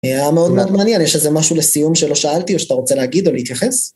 אה, היה מאוד מאוד מעניין, יש איזה משהו לסיום שלא שאלתי או שאתה רוצה להגיד או להתייחס?